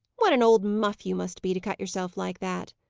what an old muff you must be, to cut yourself like that!